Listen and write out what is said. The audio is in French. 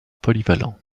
polyvalent